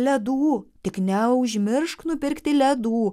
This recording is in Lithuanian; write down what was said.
ledų tik neužmiršk nupirkti ledų